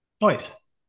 Nice